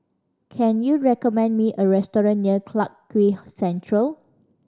can you recommend me a restaurant near Clarke Quay Central